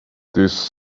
this